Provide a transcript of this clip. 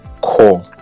call